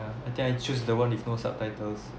I think I choose the one with no subtitles